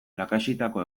lakaxitako